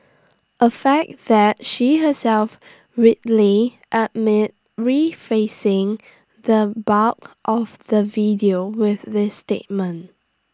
A fact that she herself readily admitted refacing the bulk of the video with this statement